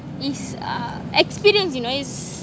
is a experience you know